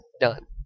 done